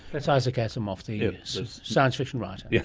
that's isaac asimov, the science fiction writer. yes,